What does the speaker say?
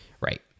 Right